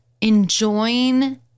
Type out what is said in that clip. enjoying